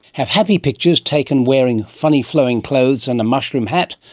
have happy pictures taken wearing funny flowing clothes and a mushroom hat,